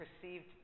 perceived